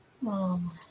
mom